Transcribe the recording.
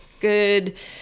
good